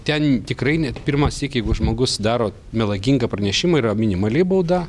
ten tikrai net pirmąsyk jeigu žmogus daro melagingą pranešimą yra minimali bauda